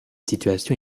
situation